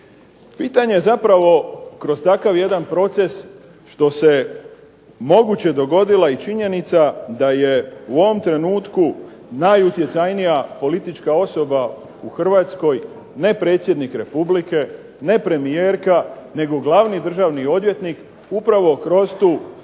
Pitanje zapravo kroz takav jedan proces što se moguće dogodila i činjenica da je u ovom trenutku najutjecajnija politička osoba u Hrvatskoj ne predsjednik Republike, ne premijerka nego glavni državni odvjetnik upravo kroz tu